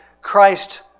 Christ